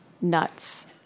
nuts